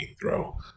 throw